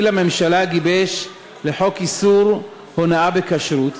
לממשלה גיבש לחוק איסור הונאה בכשרות,